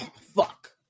fuck